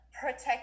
protect